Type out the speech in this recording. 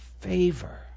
favor